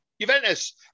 Juventus